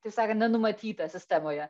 taip sakant nenumatyta sistemoje